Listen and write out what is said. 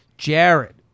Jared